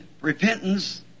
repentance